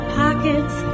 pockets